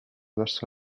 verso